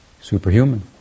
superhuman